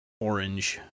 orange